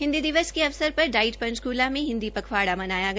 हिन्दी दिवस के अवसर पर डाइट पंचकला में हिन्दी पखवाड़ा मनाया गया